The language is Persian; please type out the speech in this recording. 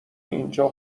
اینجا